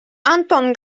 антон